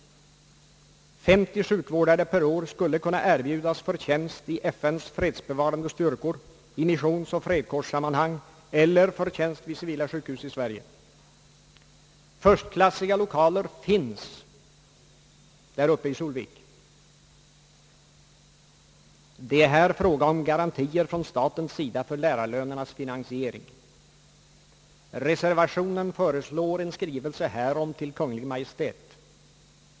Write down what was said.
50 sjukvårdare per år skulle kunna erbjudas för tjänst i FN:s fredsbevarande styrkor, i missionsoch fredskårssammanhang eller för tjänst vid civila sjukhus i Sverige. Förstklassiga lokaler finns. Det är här fråga om garantier från statens sida för lärarlönernas finansiering. Reservationen föreslår en skrivelse härom till Kungl. Maj:t.